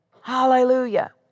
Hallelujah